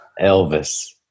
Elvis